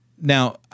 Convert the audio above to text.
Now